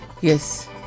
Yes